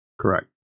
Correct